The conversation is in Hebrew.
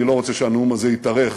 אני לא רוצה שהנאום הזה יתארך,